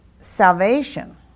salvation